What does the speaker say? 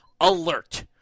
alert